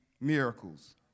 miracles